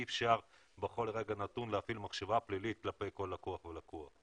אי אפשר בכל רגע נתון הפעיל מחשבה פלילית כלפי כל לקוח ולקוח.